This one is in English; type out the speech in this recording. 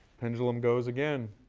pendulum goes again.